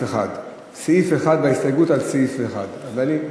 1. סעיף 1 בהסתייגות לסעיף 1. ואני,